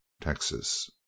Texas